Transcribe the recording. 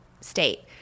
state